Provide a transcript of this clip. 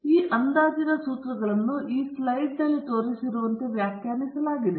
ಆದ್ದರಿಂದ ಈ ಅಂದಾಜಿನ ಸೂತ್ರಗಳನ್ನು ಈ ಸ್ಲೈಡ್ನಲ್ಲಿ ತೋರಿಸಿರುವಂತೆ ವ್ಯಾಖ್ಯಾನಿಸಲಾಗಿದೆ